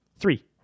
Three